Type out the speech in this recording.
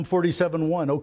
47-1